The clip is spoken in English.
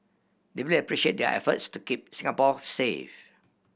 deeply appreciate their efforts to keep Singapore safe